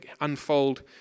unfold